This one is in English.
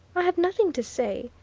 i have nothing to say,